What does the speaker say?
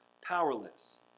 powerless